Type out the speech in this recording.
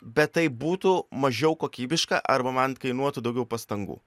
bet tai būtų mažiau kokybiška arba man kainuotų daugiau pastangų